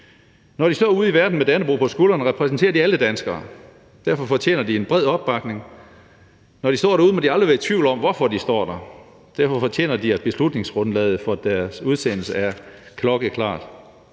Når de står ude i verden med dannebrog på skuldrene, repræsenterer de alle danskere, og derfor fortjener de en bred opbakning. Når de står derude, må de aldrig være i tvivl om, hvorfor de står der, og derfor fortjener de, at beslutningsgrundlaget for deres udsendelse er klokkeklart.